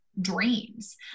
Dreams